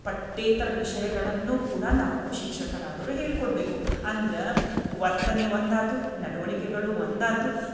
ಪಠ್ಯೇತರ ವಿಷಯಗಳನ್ನು ಕೂಡ ನಾವು ಶಿಕ್ಷಕರಾವರು ಹೇಳ್ಕೊಡಬೇಕು ಅಂದ್ರೆ ವರ್ತನೆ ಒಂದಾತು ನಡುವಳಿಕೆಗಳು ಒಂದಾತು